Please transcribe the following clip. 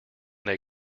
they